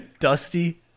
Dusty